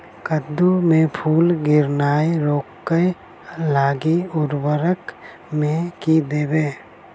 कद्दू मे फूल गिरनाय रोकय लागि उर्वरक मे की देबै?